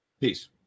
Peace